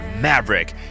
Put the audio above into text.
Maverick